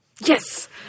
Yes